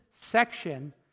section